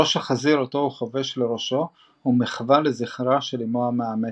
ראש החזיר אותו הוא חובש לראשו הוא מחווה לזכרה של אימו המאמצת.